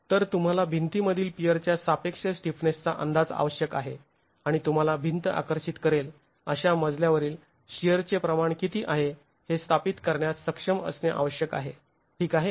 तर तुंम्हाला भिंतीमधील पियरच्या सापेक्ष स्टिफनेसचा अंदाज आवश्यक आहे आणि तुंम्हाला भिंत आकर्षित करेल अशा मजल्यावरील शिअरचे प्रमाण किती आहे हे स्थापित करण्यास सक्षम असणे आवश्यक आहे ठीक आहे